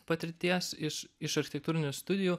patirties iš iš architektūrinių studijų